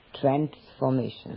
transformation